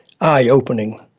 eye-opening